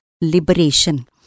liberation